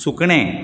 सुकणें